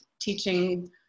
teaching